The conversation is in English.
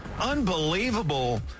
unbelievable